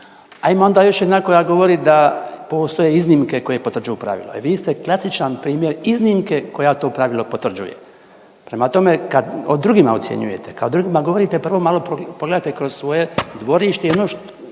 ima onda još jedna koja govori da postoje iznimke koje potvrđuju pravilo i vi ste klasičan primjer iznimke koja to pravilo potvrđuje. Prema tome, kad o drugima ocjenjujete, kad o drugima govorite prvo malo pogledajte kroz svoje dvorište